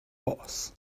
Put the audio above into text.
boss